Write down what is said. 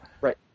Right